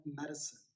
medicine